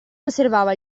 osservava